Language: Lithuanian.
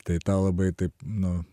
tai tą labai taip nu